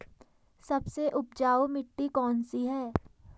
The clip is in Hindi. सबसे उपजाऊ मिट्टी कौन सी है?